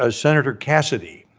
ah senator cassidy?